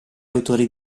autori